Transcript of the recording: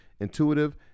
intuitive